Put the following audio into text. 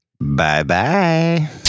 Bye-bye